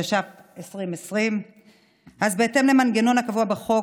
התש"ף 2020. בהתאם למנגנון הקבוע בחוק,